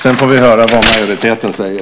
Sedan får vi höra vad majoriteten säger.